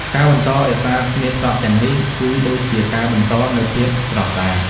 ការបន្តរក្សាស្នៀតសក់ទាំងនេះ គឺដូចជាការបន្តនូវ ភាពស្រស់ស្អាត។